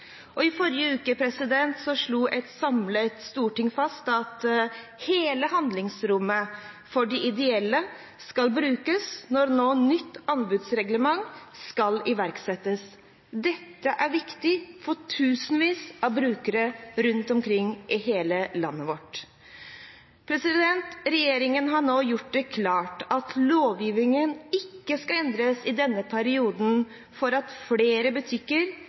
I forrige uke slo et samlet storting fast at hele handlingsrommet for de ideelle skal brukes når et nytt anbudsreglement nå skal iverksettes. Dette er viktig for tusenvis av brukere rundt omkring i hele landet vårt. Regjeringen har nå gjort det klart at lovgivingen ikke skal endres i denne perioden for at flere butikker